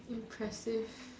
impressive